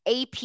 AP